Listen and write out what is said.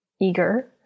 eager